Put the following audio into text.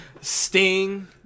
Sting